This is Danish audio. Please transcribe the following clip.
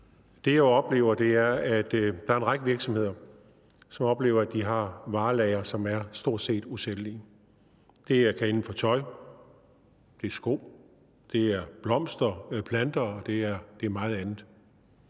Det, jeg oplever, er, at der er en række virksomheder, som oplever, at de har varelagre, som er stort set usælgelige. Det er tøj, sko, blomster, planter, og det er meget andet.